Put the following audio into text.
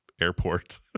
airport